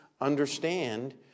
understand